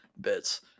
bits